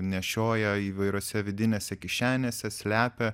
nešioja įvairiose vidinėse kišenėse slepia